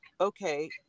okay